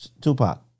Tupac